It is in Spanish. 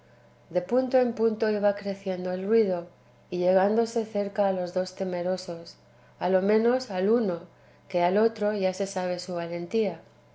de punto en punto iba creciendo el ruido y llegándose cerca a los dos temerosos a lo menos al uno que al otro ya se sabe su valentía